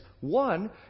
One